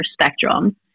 spectrum